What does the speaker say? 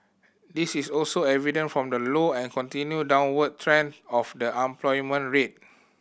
this is also evident from the low and continued downward trend of the unemployment rate